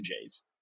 Jays